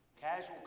casual